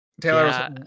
Taylor